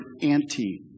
anti